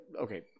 Okay